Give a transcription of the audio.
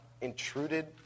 intruded